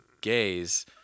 gays